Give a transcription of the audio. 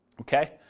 Okay